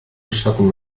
beschatten